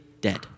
dead